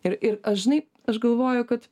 ir ir aš žinai aš galvoju kad